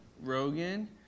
Rogan